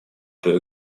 two